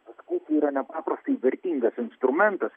diskusija yra nepaprastai vertingas instrumentas